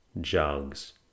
jugs